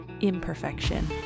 imperfection